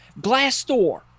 Glassdoor